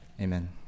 amen